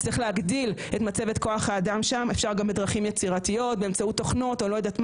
צריך למצוא את הדרך למנוע את המקרים האלה, אין ספק